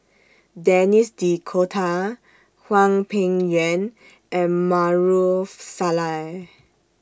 Denis D'Cotta Hwang Peng Yuan and Maarof Salleh